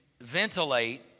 ventilate